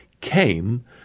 came